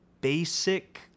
basic